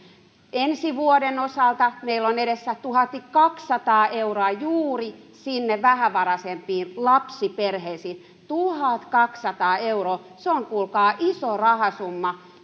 ensi vuoden osalta meillä on edessä tuhatkaksisataa euroa juuri sinne vähävaraisempiin lapsiperheisiin tuhatkaksisataa euroa se on kuulkaa iso rahasumma